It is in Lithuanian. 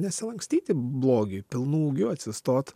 nesilankstyti blogiui pilnu ūgiu atsistot